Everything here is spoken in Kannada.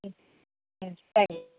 ಹ್ಞೂ ಸರಿ